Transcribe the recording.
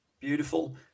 Beautiful